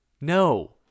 No